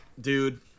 Dude